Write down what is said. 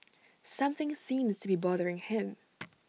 something seems to be bothering him